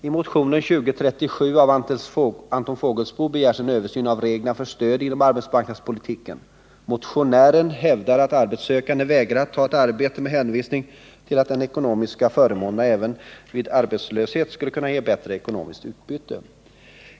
I motionen 2037 av Anton Fågelsbo begärs en översyn av reglerna för stöd inom arbetsmarknadspolitiken. Motionären hävdar att arbetssökande vägrar att ta ett arbete med hänvisning till att de ekonomiska förmånerna vid arbetslöshet skulle kunna ge bättre ekonomiskt utbyte.